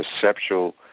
perceptual